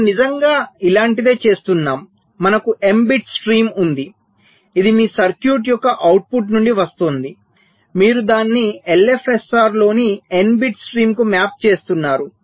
మనము నిజంగా ఇలాంటిదే చేస్తున్నాం మనకు m బిట్ స్ట్రీమ్ ఉంది ఇది మీ సర్క్యూట్ యొక్క అవుట్పుట్ నుండి వస్తోంది మీరు దానిని LFSR లోని n బిట్ స్ట్రీమ్కు మ్యాప్ చేస్తున్నారు